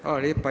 Hvala lijepa.